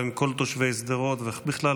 גם עם כל תושבי שדרות ובכלל,